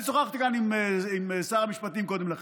אני שוחחתי כאן עם שר המשפטים קודם לכן.